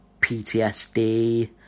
PTSD